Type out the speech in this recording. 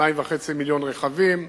2.5 מיליוני רכבים.